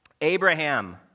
Abraham